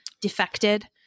defected